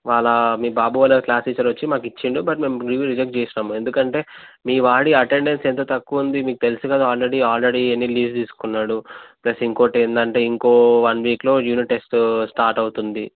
వాళ్ళ మీ బాబు వాళ్ళ క్లాస్ టీచర్ వచ్చి మాకు ఇచ్చాడు బట్ మేము లీవ్ రిజెక్ట్ చేసినాము ఎందుకంటే మీ వాడి అటెండెన్స్ ఎంత తక్కువ ఉంది మీకు తెలుసు కదా ఆల్రెడీ ఆల్రెడీ ఎన్ని లీవ్స్ తీసుకున్నాడు ప్లస్ ఇంకోటి ఏంటంటే ఇంకో వన్ వీక్లో యూనిట్ టెస్ట్ స్టార్ట్ అవుతుంది ఇప్పుడు